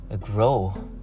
grow